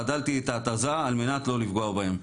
חדלתי את ההתזה על מנת לא לפגוע בהם.